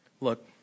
Look